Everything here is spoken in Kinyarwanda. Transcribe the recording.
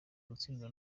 gutsindwa